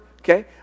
Okay